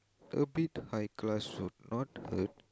a bit high class food not